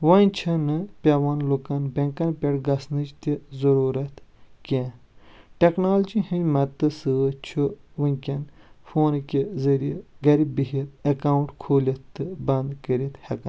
وۄنۍ چھنہٕ پٮ۪وان لُکن بینکن پٮ۪ٹھ گژھنٕچ تہِ ضوٚروٗرتھ کیٚنٛہہ ٹیکنالوجی ۂنٛدۍ مدتہٕ سۭتۍ چھُ وُنکٮ۪ن فونہٕ کہِ ذٔرۍیہِ گرِ بِہِتھ اٮ۪کاونٹ کھوٗلِتھ تہٕ بنٛد کٔرِتھ ہٮ۪کان